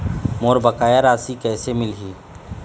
मोर बकाया राशि कैसे मिलही?